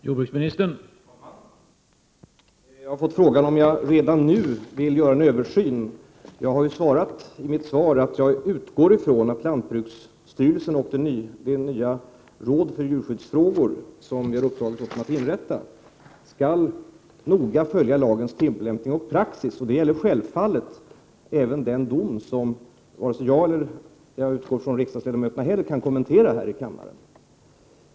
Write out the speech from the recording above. Herr talman! Jag fick frågan om jag redan nu vill se till att det görs en översyn. Jag har sagt i svaret att jag utgår från att lantbruksstyrelsen och det nya råd för djurskyddsfrågor som styrelsen har fått i uppdrag att inrätta noga skall följa lagens tillämpning och praxis. Det gäller självfallet även den dom som varken jag eller riksdagsledamöterna kan kommentera här i riksdagen.